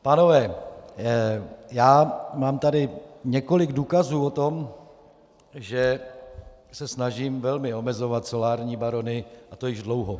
Pánové, já mám tady několik důkazů o tom, že se snažím velmi omezovat solární barony, a to již dlouho.